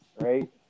right